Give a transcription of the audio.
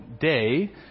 day